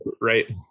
right